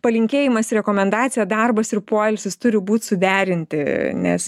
palinkėjimas rekomendacija darbas ir poilsis turi būt suderinti nes